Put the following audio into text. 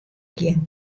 gjin